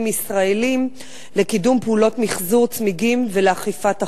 ישראלים לקדם פעולות מיחזור צמיגים ולאכיפת החוק?